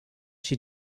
she